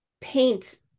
paint